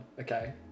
Okay